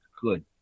good